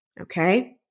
Okay